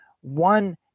One